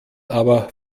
aber